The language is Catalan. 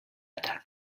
atac